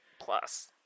plus